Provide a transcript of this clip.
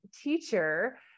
teacher